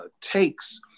takes